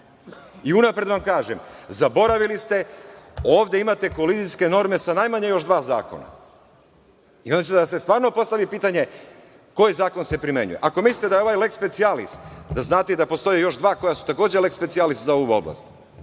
i unapred vam kažem – zaboravili ste, ovde imate kolizijske norme sa najmanje još dva zakona. Onda će da se stvarno postavi pitanje koji zakon se primenjuje. Ako mislite da je ovaj leks specijalis, da znate da postoje još dva koja su takođe leks specijalisi za ovu oblast.